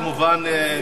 כמובן,